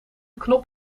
knop